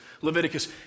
Leviticus